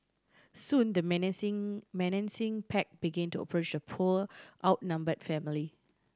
soon the menacing menacing pack begin to approach poor outnumbered family